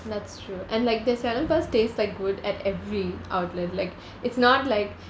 that's true and like their 小笼包 s taste like good at every outlet like it's not like